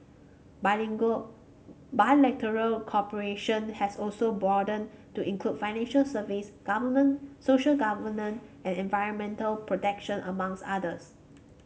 bilateral cooperation has also broadened to include financial services goverment social governance and environmental protection among others